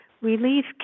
Relief